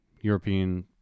European